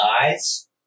eyes